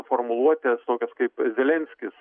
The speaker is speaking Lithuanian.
formuluotes tokias kaip zelenskis